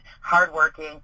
Hardworking